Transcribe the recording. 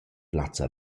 plazza